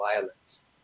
violence